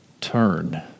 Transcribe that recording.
Turn